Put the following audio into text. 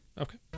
Okay